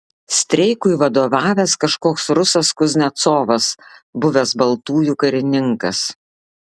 streikui vadovavęs kažkoks rusas kuznecovas buvęs baltųjų karininkas